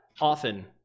often